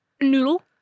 noodle